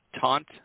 taunt